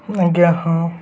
ଆଜ୍ଞା ହଁ